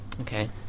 Okay